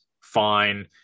fine